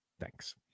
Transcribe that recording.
Thanks